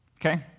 okay